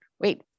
wait